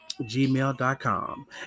gmail.com